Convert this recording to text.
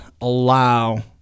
allow